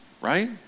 right